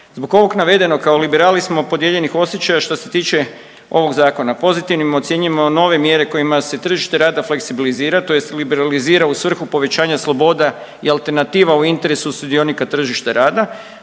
Zbog ovog navedenog kao liberali smo podijeljenih osjećaja što se tiče ovog zakona. Pozitivnim ocjenjujemo nove mjere kojima se tržište rada fleksibilizira tj. liberalizira u svrhu povećanja sloboda i alternativa u interesu sudionika tržišta rada.